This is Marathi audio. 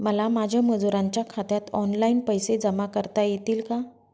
मला माझ्या मजुरांच्या खात्यात ऑनलाइन पैसे जमा करता येतील का?